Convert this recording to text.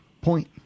point